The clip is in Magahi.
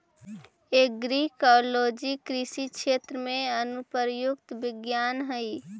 एग्रोइकोलॉजी कृषि क्षेत्र में अनुप्रयुक्त विज्ञान हइ